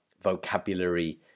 vocabulary